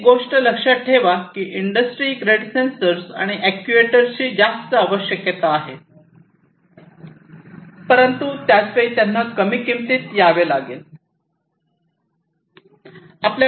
एक गोष्ट लक्षात ठेवा की इंडस्ट्री ग्रेड सेन्सर आणि अॅक्ट्युएटर्सची जास्त आवश्यकता आहे परंतु त्याच वेळी त्यांना कमी किंमतीत यावे लागेल